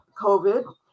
COVID